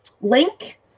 link